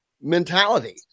mentality